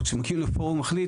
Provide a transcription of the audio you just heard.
אבל כשמשרד מכיר או מחליט,